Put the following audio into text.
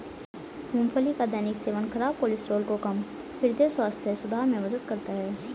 मूंगफली का दैनिक सेवन खराब कोलेस्ट्रॉल को कम, हृदय स्वास्थ्य सुधार में मदद करता है